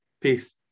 Peace